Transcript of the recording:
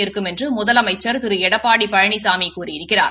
நிற்கும் என்று முதலமைச்சர் திரு எடப்பாடி பழனிசாமி கூறியிருக்கிறார்